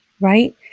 right